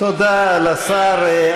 תודה לשר.